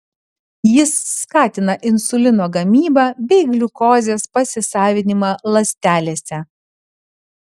jis skatina insulino gamybą bei gliukozės pasisavinimą ląstelėse